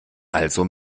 also